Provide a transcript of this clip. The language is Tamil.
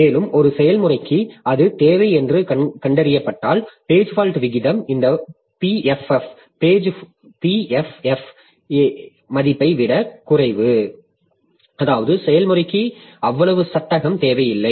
மேலும் ஒரு செயல்முறைக்கு அது தேவை என்று கண்டறியப்பட்டால் பேஜ் ஃபால்ட் விகிதம் இந்த பிஎஃப்எஃப் மதிப்பை விட மிகக் குறைவு அதாவது செயல்முறைக்கு அவ்வளவு சட்டகம் தேவையில்லை